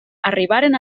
arribaren